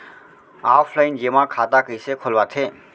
Offline जेमा खाता कइसे खोलवाथे?